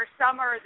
summer